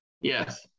Yes